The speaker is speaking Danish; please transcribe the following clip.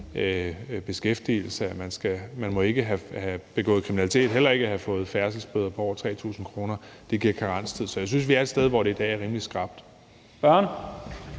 beskæftigelse, og at man ikke må have begået kriminalitet og man heller ikke må have fået færdselsbøder på over 3.000 kr., hvad der giver en karenstid. Så jeg synes, vi er et sted, hvor det i dag er rimelig skrapt.